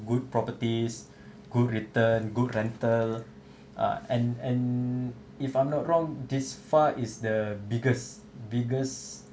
good properties good return good rental ah and and if I'm not wrong this far is the biggest biggest